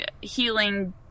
Healing